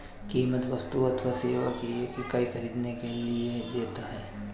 कीमत वस्तु अथवा सेवा की एक इकाई ख़रीदने के लिए देता है